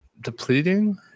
Depleting